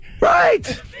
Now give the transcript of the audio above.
Right